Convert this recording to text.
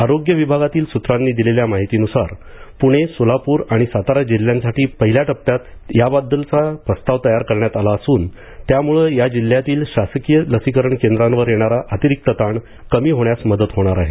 आरोग्य विभागातील सूत्रांनी दिलेल्या माहितीनुसार पुणे सोलापूर आणि सातारा जिल्ह्यांसाठी पहिल्या टप्प्यात त्याबद्दलचा प्रस्ताव तयार करण्यात आला असून त्यामुळं या जिल्ह्यांतील शासकीय लसीकरण केंद्रांवर येणारा अतिरिक्त ताण कमी होण्यास मदत होणार आहे